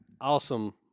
Awesome